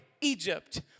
Egypt